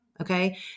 Okay